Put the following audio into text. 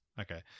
Okay